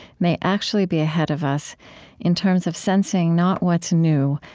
may actually be ahead of us in terms of sensing not what's new,